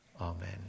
Amen